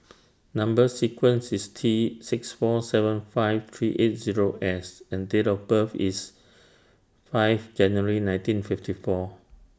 Number sequence IS T six four seven five three eight Zero S and Date of birth IS five January nineteen fifty four